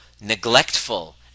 neglectful